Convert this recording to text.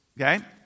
Okay